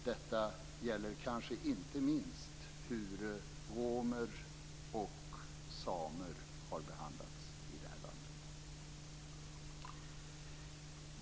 Detta gäller kanske inte minst hur romer och samer har behandlats i det här landet.